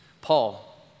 Paul